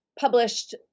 published